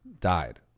died